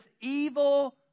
evil